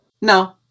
No